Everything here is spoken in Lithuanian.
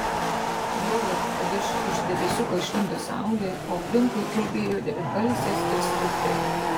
juolab kad iš už debesiuko išlindo saulė o aplinkui ulbėjo devynbalsės ir strazdai